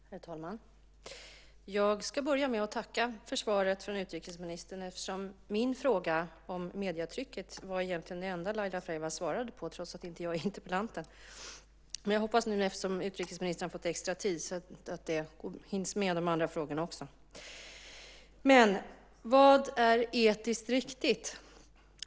Herr talman! Jag ska börja med att tacka för svaret från utrikesministern. Egentligen var min fråga om medietrycket den enda som Laila Freivalds svarade på - detta trots att jag inte är interpellant. Eftersom utrikesministern nu har fått extra talartid hoppas jag att också de andra frågorna hinns med. Vad är etiskt riktigt?